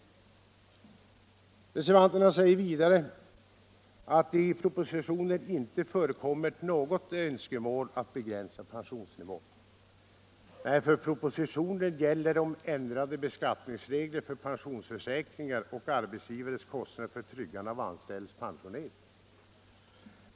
Reservanterna säger vidare att det i propositionen inte förekommer något önskemål att begränsa pensionsnivån. Nej, propositionen gäller ändrade beskattningsregler för pensionsförsäkringar och arbetsgivares kostnader för tryggande av den anställdes pensionering.